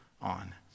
on